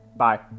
Bye